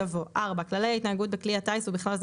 יבוא: "(4) כללי ההתנהגות בכלי הטיס ובכלל זה